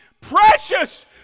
precious